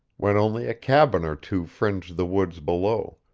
when only a cabin or two fringed the woods below,